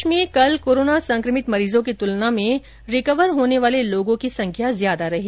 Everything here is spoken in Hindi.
प्रदेश में कल कोरोना संक्रमित मरीजों की तुलना में रिकवर होने वाले लोगों की संख्या ज्यादा रही